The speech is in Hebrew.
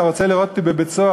אתה רוצה לראות אותי בבית-סוהר.